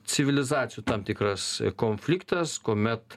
civilizacijų tam tikras konfliktas kuomet